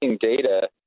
data